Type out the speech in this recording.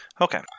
okay